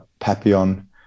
Papillon